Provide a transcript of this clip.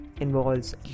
Involves